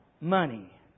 money